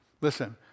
Listen